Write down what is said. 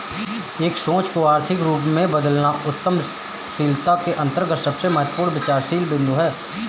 एक सोच को आर्थिक रूप में बदलना उद्यमशीलता के अंतर्गत सबसे महत्वपूर्ण विचारशील बिन्दु हैं